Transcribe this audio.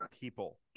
people